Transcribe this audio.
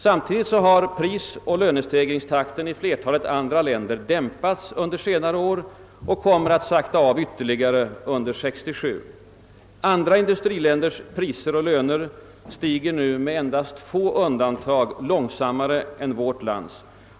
Samtidigt har prisoch = lönestegringstakten i = flertalet andra länder dämpats under senare år och kommer att sakta av ytterligare under 1967. Andra länders priser och löner stiger nu — med endast få undantag — långsammare än vårt lands.